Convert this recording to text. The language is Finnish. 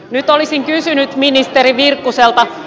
nyt olisin kysynyt ministeri virkkuselta